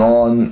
on